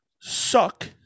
suck